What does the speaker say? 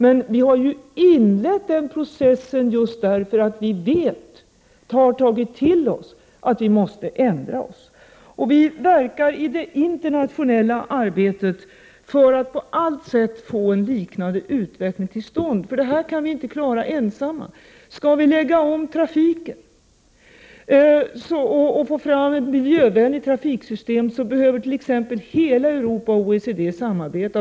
Men vi har ju inlett den processen just därför att vi vet att vi måste ändra oss. I det internationella arbetet verkar vi för att på alla sätt få en liknande utveckling till stånd, för det här kan vi inte klara ensamma. Skall vi lägga om trafiken, och få fram ett miljövänligt trafiksystem, behöver t.ex. hela Europa och OECD samarbeta.